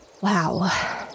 Wow